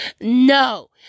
no